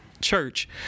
church